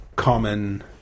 Common